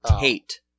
Tate